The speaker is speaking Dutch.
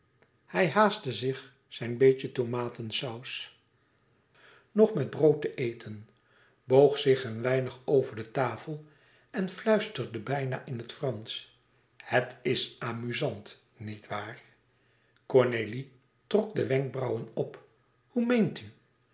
hij haastte zich zijn beetje tomatensaus nog met brood te eten boog zich een weinig over de tafel en fluisterde bijna in het fransch het is amuzant niet waar cornélie trok de wenkbrauwen op hoe meent u